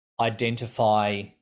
identify